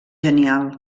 genial